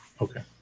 Okay